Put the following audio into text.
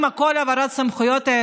להעביר את שטח פעולת תכנון